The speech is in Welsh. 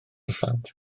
sant